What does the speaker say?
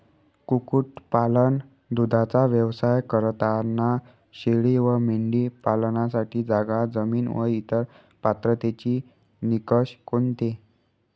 कुक्कुटपालन, दूधाचा व्यवसाय करताना शेळी व मेंढी पालनासाठी जागा, जमीन व इतर पात्रतेचे निकष कोणते?